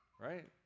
right